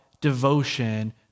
devotion